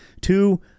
Two